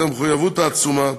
את המחויבות העצומה,